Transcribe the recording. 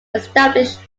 established